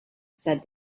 said